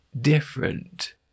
different